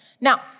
Now